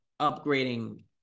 upgrading